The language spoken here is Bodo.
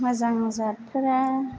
मोजांनि जाथफोरा